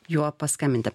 juo paskambinti